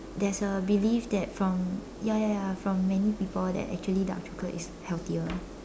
there's a belief that from ya ya ya from many people that actually dark chocolate is healthier